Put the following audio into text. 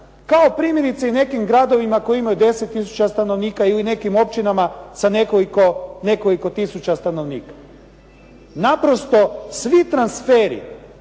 kao primjerice i nekim gradovima koji imaju 10 tisuća stanovnika ili nekim općinama sa nekoliko tisuća stanovnika. Naprosto svi transferi